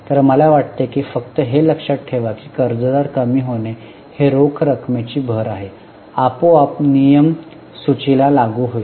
तर मला वाटते की फक्त हे लक्षात ठेवा की कर्जदार कमी होणे हे रोख रकमेची भर आहे आपोआपच नियम सूचीला लागू होईल